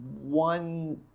one